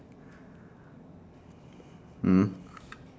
mm